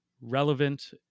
relevant